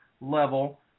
level